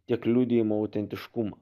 tiek liudijimo autentiškumą